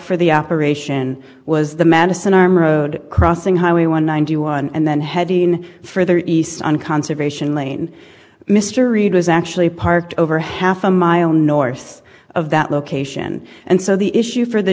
for the operation was the madison arm road crossing highway one ninety one and then headin further east on conservation lane mr reed was actually parked over half a mile north of that location and so the issue for the